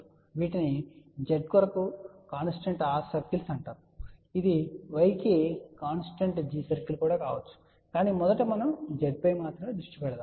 కాబట్టి వీటిని Z కొరకు కాన్స్టెంట్ R సర్కిల్స్ అంటారు ఇది Y కి కాన్స్ టెంట్ G సర్కిల్స్ కావచ్చు కాని మొదట Z పై మాత్రమే దృష్టి పెడదాం